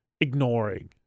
ignoring